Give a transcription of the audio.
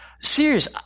serious